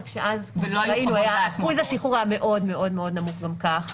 רק שאז --- אחוז השחרור היה המאוד מאוד מאוד נמוך גם כך,